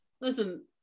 Listen